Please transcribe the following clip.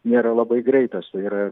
nėra labai greitas tai yra